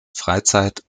freizeit